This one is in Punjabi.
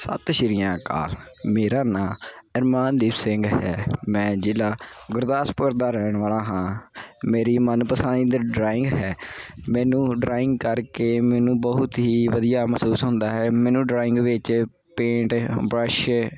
ਸਤਿ ਸ਼੍ਰੀ ਅਕਾਲ ਮੇਰਾ ਨਾਂ ਅਰਮਾਨਦੀਪ ਸਿੰਘ ਹੈ ਮੈਂ ਜ਼ਿਲ੍ਹਾ ਗੁਰਦਾਸਪੁਰ ਦਾ ਰਹਿਣ ਵਾਲਾ ਹਾਂ ਮੇਰੀ ਮਨਪੰਸਾਈਦ ਡਰਾਇੰਗ ਹੈ ਮੈਨੂੰ ਡਰਾਇੰਗ ਕਰਕੇ ਮੈਨੂੰ ਬਹੁਤ ਹੀ ਵਧੀਆ ਮਹਿਸੂਸ ਹੁੰਦਾ ਹੈ ਮੈਨੂੰ ਡਰਾਇੰਗ ਵਿੱਚ ਪੇਂਟ ਬਰਸ਼